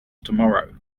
tomorrow